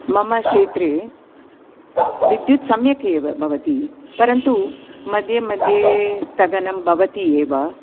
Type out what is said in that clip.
मम क्षेत्रे विद्युत् सम्यकेव भवति परन्तु मध्ये मध्ये स्थगनं भवति एव